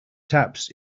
taps